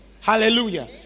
Hallelujah